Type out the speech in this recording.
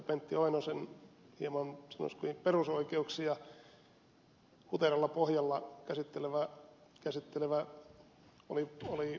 pentti oinosen hieman sanoisiko perusoikeuksia huteralla pohjalla käsittelevä murheellinen poikkeus